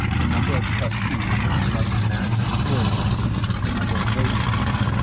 the number of trustees must match or exceed the number of voting members,